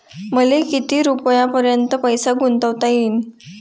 मले किती रुपयापर्यंत पैसा गुंतवता येईन?